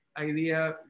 idea